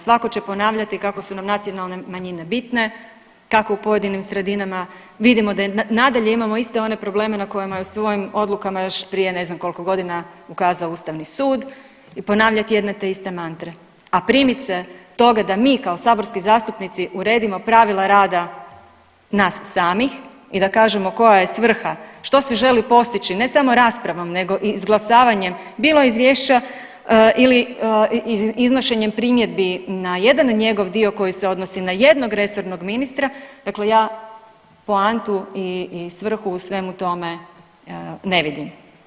Svatko će ponavljati kako su nam nacionalne manjine bitne, kako u pojedinim sredinama vidimo da i nadalje imamo iste one probleme na kojima su u svojim odlukama još prije ne znam koliko godina ukazao Ustavni sud i ponavljati jedno te iste mantre, a primiti se toga da mi kao saborski zastupnici uredimo pravila rada nas samih i da kažemo koja je svrha, što se želi postići, ne samo raspravom nego i izglasavanjem bilo izvješća ili iznošenjem primjedbi na jedan njegov dio koji se odnosi na jednog resornog ministra, dakle ja poantu i svrhu u svemu tome ne vidim.